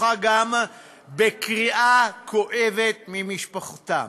שכרוכה גם בקריעה כואבת ממשפחתם,